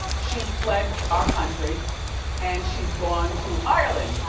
she's fled our country and she's gone to ireland,